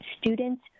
students